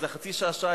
איזה חצי שעה,